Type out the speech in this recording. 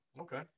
Okay